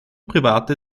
private